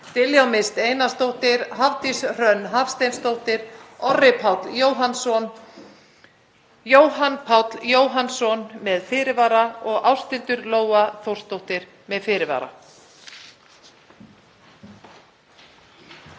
Diljá Mist Einarsdóttir, Hafdís Hrönn Hafsteinsdóttir, Orri Páll Jóhannsson, Jóhann Páll Jóhannsson, með fyrirvara, og Ásthildur Lóa Þórsdóttir, með fyrirvara.